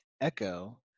echo